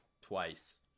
twice